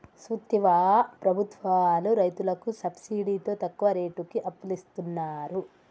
సూత్తివా ప్రభుత్వాలు రైతులకి సబ్సిడితో తక్కువ రేటుకి అప్పులిస్తున్నరు